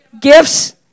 Gifts